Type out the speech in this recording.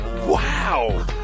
Wow